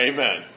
Amen